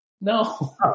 No